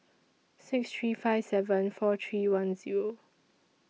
six three five seven four three one Zero